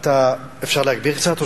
אפשר להגביר קצת?